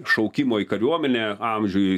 šaukimo į kariuomenę amžiuj